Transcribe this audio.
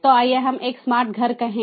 तो आइए हम एक स्मार्ट घर कहें